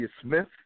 Smith